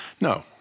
No